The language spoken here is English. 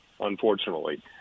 unfortunately